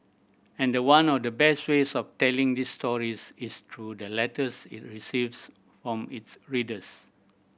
and one of the best ways of telling these stories is through the letters it receives from its readers